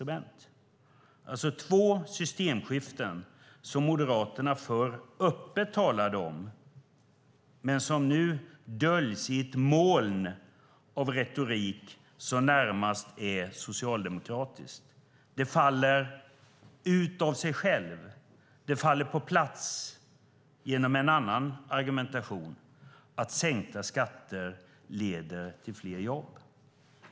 Det är alltså två systemskiften som Moderaterna förr öppet talade om men som nu döljs i ett moln av retorik som är närmast socialdemokratisk. Det faller på plats genom en annan argumentation, nämligen att sänkta skatter leder till fler jobb.